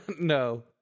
No